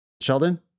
Sheldon